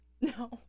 No